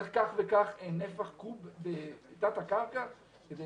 צריך כך וכך נפח קוב בתת הקרקע כדי